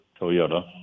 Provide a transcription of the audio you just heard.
toyota